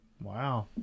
Wow